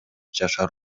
жашар